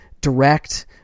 direct